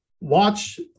watch –